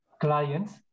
clients